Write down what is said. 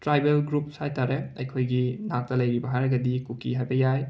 tribal groups ꯍꯥꯏꯇꯥꯔꯦ ꯑꯩꯈꯣꯏꯒꯤ ꯅꯥꯛꯇ ꯂꯩꯔꯤꯕ ꯍꯥꯏꯔꯒꯗꯤ ꯀꯨꯀꯤ ꯍꯥꯏꯕ ꯌꯥꯏ